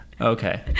Okay